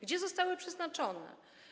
Gdzie zostało przeznaczone?